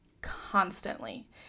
constantly